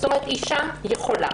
זאת אומרת, אישה יכולה.